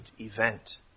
event